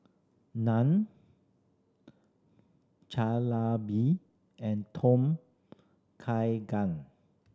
Naan Jalebi and Tom Kha Gan